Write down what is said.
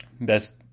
best